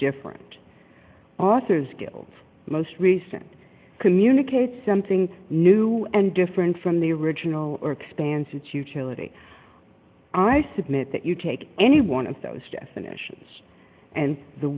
different authors guild most recent communicate something new and different from the original or expands its utility i submit that you take any one of those definitions and the